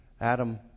Adam